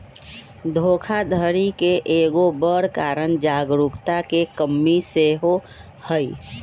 धोखाधड़ी के एगो बड़ कारण जागरूकता के कम्मि सेहो हइ